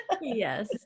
Yes